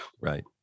Right